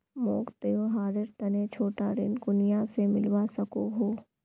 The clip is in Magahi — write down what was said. मोक त्योहारेर तने छोटा ऋण कुनियाँ से मिलवा सको हो?